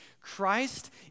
Christ